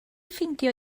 ffeindio